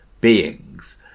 beings